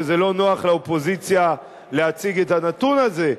וזה לא נוח לאופוזיציה להציג את הנתון הזה,